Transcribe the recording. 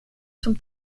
zum